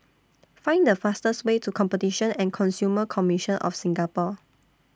Find The fastest Way to Competition and Consumer Commission of Singapore